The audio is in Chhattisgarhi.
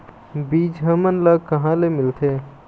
बीज हमन ला कहां ले मिलथे?